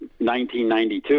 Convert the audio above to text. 1992